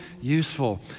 useful